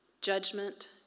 judgment